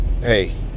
hey